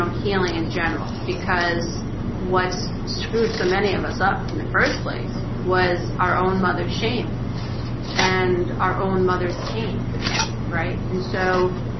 um healing in general because what's screwed so many of us up in the first place was our own mother's shame and our own mother's pain right, and so,